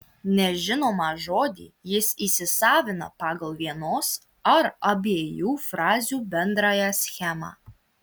nežinomą žodį jis įsisavina pagal vienos ar abiejų frazių bendrąją schemą